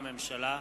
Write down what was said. מטעם הממשלה: